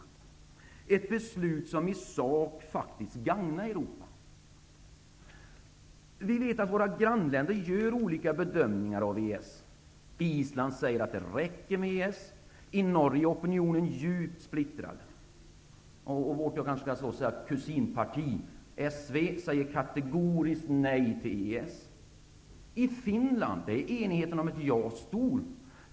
Det var ett beslut som i sak faktiskt gagnar Europa. Vi vet att våra grannländer gör olika bedömningar av EES. Island säger att det räcker med EES. I Norge är opinionen djupt splittrad. Vårt kusinparti, SV, säger kategoriskt nej till EES. I Finland är enigheten om ett ja stor.